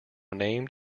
named